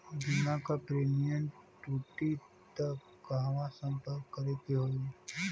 बीमा क प्रीमियम टूटी त कहवा सम्पर्क करें के होई?